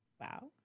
Wow